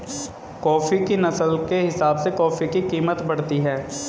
coffee की नस्ल के हिसाब से कॉफी की कीमत बढ़ती है